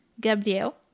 gabriel